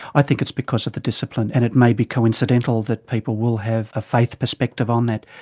i think it's because of the discipline and it may be coincidental that people will have a faith perspective on that.